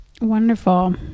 Wonderful